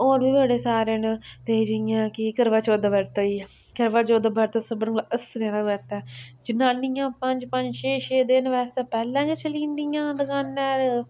होर बी बड़े सारे न ते जियां कि करवाचौथ दा बरत होई गेआ करवाचौथ दा बरत सभनें कोला हस्सने आह्ला बरत ऐ जनानियां पंज पंज छे छे दिन बास्तै पैह्लें गै चली जंदियां दकानै'र